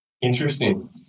Interesting